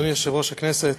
אדוני יושב-ראש הכנסת,